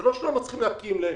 זה לא שלא מתחילים להקים להם.